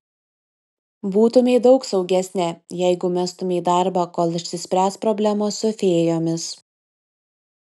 būtumei daug saugesnė jeigu mestumei darbą kol išsispręs problemos su fėjomis